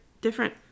different